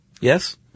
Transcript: Yes